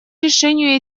решению